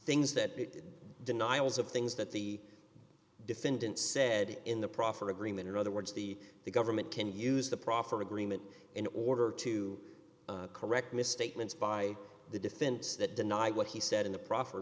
things that denials of things that the defendant said in the proffer agreement in other words the government can use the proffer agreement in order to correct misstatements by the defense that denied what he said in the pro